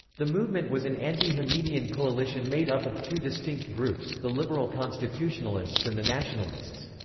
the movement was an anti-hamidian coalition made up of two distinct groups, the liberal constitutionalists and the nationalists.